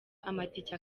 amatike